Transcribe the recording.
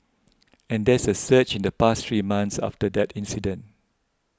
and there's a surge in the past three months after that incident